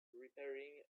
repairing